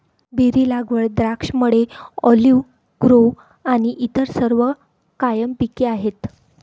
berry लागवड, द्राक्षमळे, olive grove आणि इतर सर्व कायम पिके आहेत